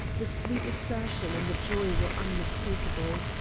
the sweet assertion and the joy were unmistakable.